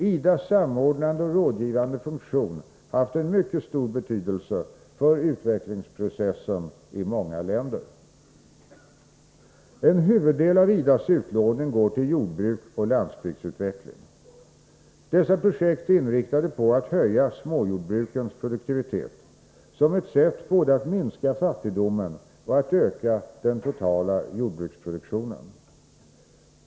IDA:s samordnande och rådgivande funktion har haft en mycket stor betydelse för utvecklingsprocessen i många länder. En huvuddel av IDA:s utlåning går till jordbruk och landsbygdsutveckling. Dessa projekt är inriktade på att höja småjordbrukens produktivitet, som ett sätt både att minska fattigdomen och att öka den totala jordbruksproduktionen.